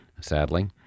sadly